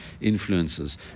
influences